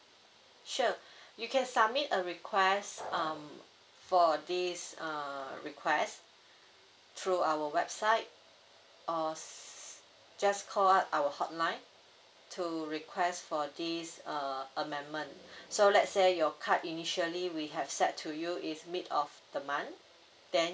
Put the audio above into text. sure you can submit a request um for this uh request through our website or s~ just call us our hotline to request for this err amendment so let's say your card initially we have set to you is mid of the month then